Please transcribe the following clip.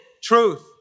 truth